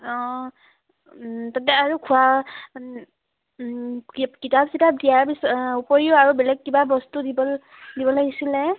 অঁ তাতে আৰু খোৱা কিতাপ চিতাপ দিয়াৰ পিছ উপৰিও আৰু বেলেগ কিবা বস্তু দিব দিব লাগিছিলে